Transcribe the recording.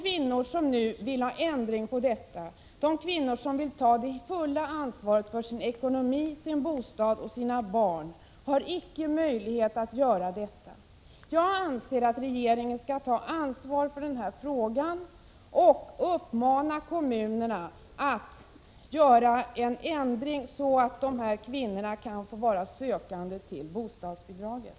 Detta är kränkande för de kvinnor som själva vill ta ansvar för sin ekonomi, sin bostad och sina barn. Mot denna bakgrund vill jag ställa följande fråga: